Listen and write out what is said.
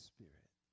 Spirit